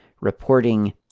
reporting